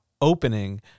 opening